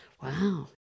Wow